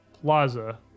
plaza